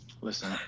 listen